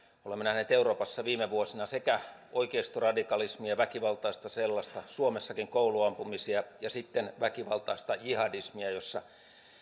olemme nähneet euroopassa viime vuosina oikeistoradikalismia väkivaltaista sellaista suomessakin kouluampumisia ja sitten väkivaltaista jihadismia jossa